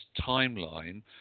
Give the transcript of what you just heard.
timeline